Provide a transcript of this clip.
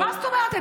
מה זאת אומרת?